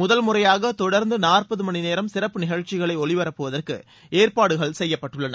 முதல் முறையாக தொடர்ந்து நாற்பது மணி நேரம் சிறப்பு நிகழ்ச்சிகளை ஒலிபரப்புவதற்கு ஏற்பாடுகள் செய்யப்பட்டுள்ளன